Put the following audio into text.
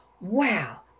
wow